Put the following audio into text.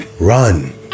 run